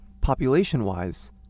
population-wise